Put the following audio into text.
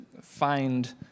find